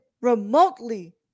remotely